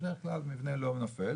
בדרך כלל מבנה לא נופל,